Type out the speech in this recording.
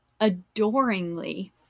adoringly